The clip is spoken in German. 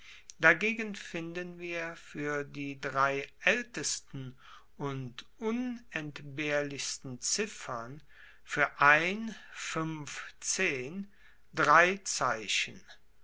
dagegen finden wir fuer die drei aeltesten und unentbehrlichsten ziffern fuer ein fuenf zehn drei zeichen